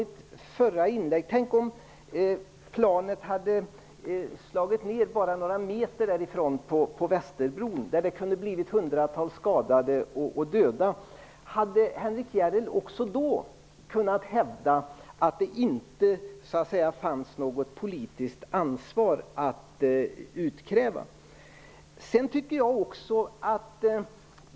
Tänk om planet hade slagit ner på Västerbron och hundratals hade skadats eller dödats! Hade Henrik Järrel också då kunnat hävda att det inte fanns något politiskt ansvar att utkräva?